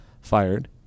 fired